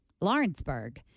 Lawrenceburg